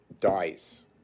dies